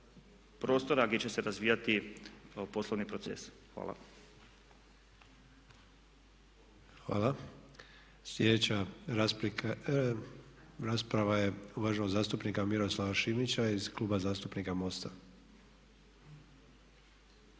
prostora gdje će se razvijati poslovni procesi. Hvala. **Sanader, Ante (HDZ)** Hvala. Sljedeća rasprava je uvaženog zastupnika Miroslava Šimića iz Kluba zastupnika MOST-a.